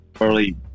early